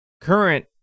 current